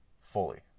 fully